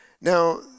Now